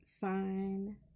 fine